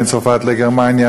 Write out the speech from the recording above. בין צרפת לגרמניה,